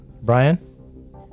Brian